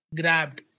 grabbed